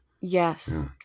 Yes